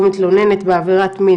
או מתלוננת בעבירת מין,